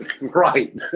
Right